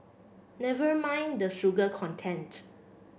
never mind the sugar content